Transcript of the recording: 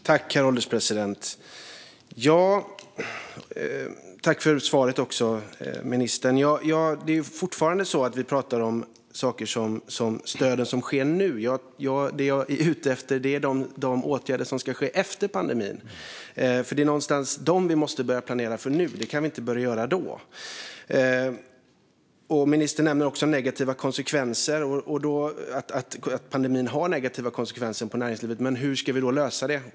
Herr ålderspresident! Tack för svaret, ministern! Det är fortfarande så att vi talar om saker som de stöd som finns nu. Det jag är ute efter är de åtgärder som ska ske efter pandemin. Det är någonstans de som vi måste börja planera för nu . Det kan vi inte börja göra då . Ministern nämner också att pandemin har negativa konsekvenser för näringslivet. Men hur ska vi lösa det?